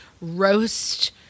Roast